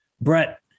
Brett